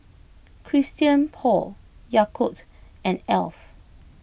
Christian Paul Yakult and Alf